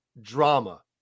drama